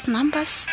Numbers